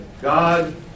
God